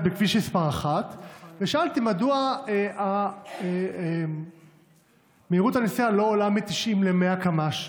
בכביש מס' 1 ושאלתי מדוע מהירות הנסיעה לא עולה מ-90 ל-100 קמ"ש.